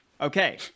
Okay